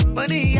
Money